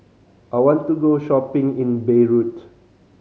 I want to go shopping in Beirut